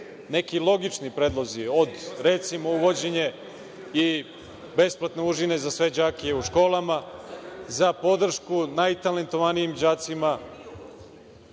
neki logični predlozi, recimo uvođenje i besplatne užine za sve đake u školama, za podršku najtalentovanijim đacima,